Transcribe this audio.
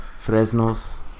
Fresno's